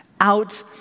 out